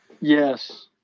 Yes